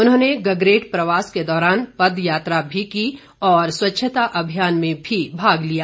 उन्होंने गगरेट प्रवास के दौरान पदयात्रा भी की और स्वच्छता अभियान में भी भाग लिया